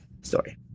story